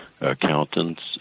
accountants